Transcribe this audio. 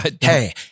Hey